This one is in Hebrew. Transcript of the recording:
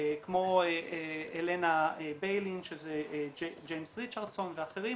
כמו הלנה ביילין שזה ג'יימס ריצ'רדסון ואחרים,